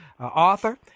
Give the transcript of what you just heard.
author